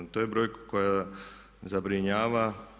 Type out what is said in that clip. To je brojka koja zabrinjava.